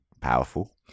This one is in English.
powerful